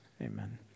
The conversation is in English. amen